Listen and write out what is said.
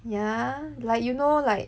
yah like you know like